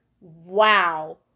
wow